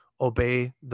obey